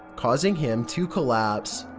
causing him to collapse.